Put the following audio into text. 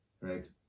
right